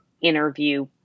interview